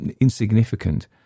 insignificant